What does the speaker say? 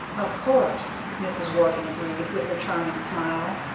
of course, mrs. warden agreed, with her charming smile,